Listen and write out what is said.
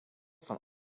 van